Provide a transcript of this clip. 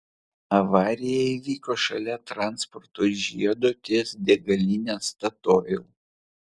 avarija įvyko šalia transporto žiedo ties degaline statoil